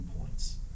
points